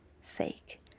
sake